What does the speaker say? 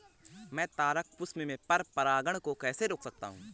मैं तारक पुष्प में पर परागण को कैसे रोक सकता हूँ?